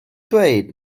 dweud